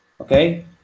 Okay